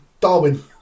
Darwin